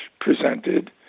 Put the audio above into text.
presented